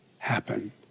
Happen